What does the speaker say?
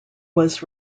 was